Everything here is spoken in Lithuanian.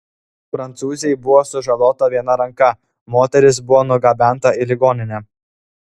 prancūzei buvo sužalota viena ranka moteris buvo nugabenta į ligoninę